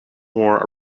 more